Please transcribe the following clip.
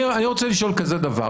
אני רוצה לשאול כזה דבר,